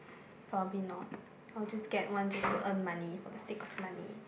probably not I will just get one just to earn money for the sake of the money